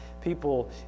people